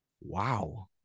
Wow